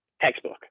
textbook